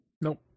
Nope